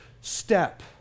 step